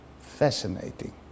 Fascinating